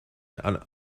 and